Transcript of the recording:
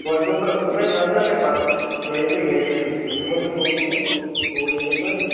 گۄڈٕ دِمہ بہٕ بہٕ دِمہٕ اَتہِ نَظَر نا پَتہٕ ترٛٲوِو تُہۍ گَرے حظ بہٕ دِمہو تۄہہِ لوکیشَن توٗرۍ توٗرۍ أنِو تُہۍ